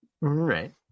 right